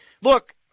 look